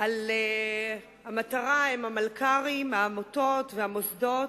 מול המטרה הם המלכ"רים, העמותות והמוסדות.